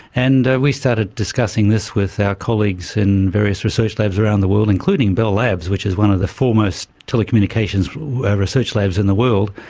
and we started discussing this with our colleagues in various research labs around the world, including bell labs which is one of the foremost telecommunications research labs in the world.